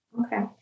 Okay